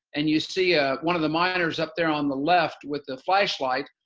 and you'd see ah one of the miners up there on the left with the flashlight,